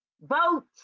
vote